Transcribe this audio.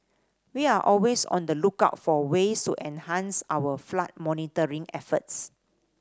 we are always on the lookout for ways to enhance our flood monitoring efforts